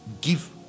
give